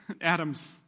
Adam's